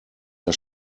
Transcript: der